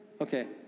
Okay